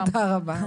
תודה.